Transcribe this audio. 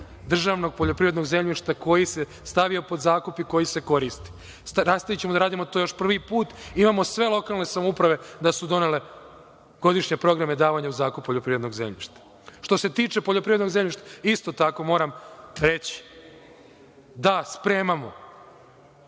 državnog poljoprivrednog zemljišta koji se stavio pod zakup i koji se koristi. Nastavićemo da radimo, to je prvi put, imamo sve lokalne samouprave da su donele godišnje programe davanja u zakup poljoprivrednog zemljišta. Što se tiče poljoprivrednog zemljišta, isto tako moram reći – da, spremamo